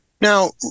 Now